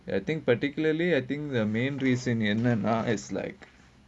I think particularly I think the main reason என்ன னா:enna naa it's like